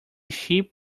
sheep